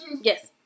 Yes